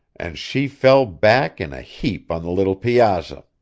and she fell back in a heap on the little piazza.